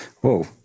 whoa